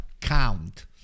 count